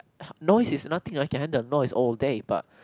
noise is nothing I can handle noise all day but